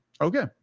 Okay